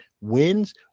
wins